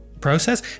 process